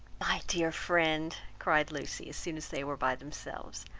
my dear friend, cried lucy, as soon as they were by themselves,